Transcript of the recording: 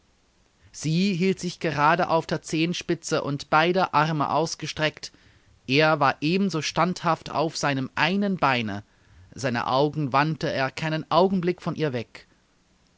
sie hielt sich gerade auf der zehenspitze und beide arme ausgestreckt er war eben so standhaft auf seinem einen beine seine augen wandte er keinen augenblick von ihr weg